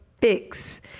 fix